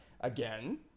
Again